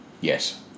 Yes